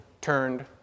turned